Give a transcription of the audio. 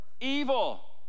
evil